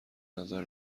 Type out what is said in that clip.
نظر